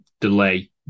delay